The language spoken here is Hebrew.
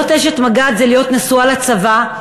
להיות אשת מג"ד זה להיות נשואה לצבא,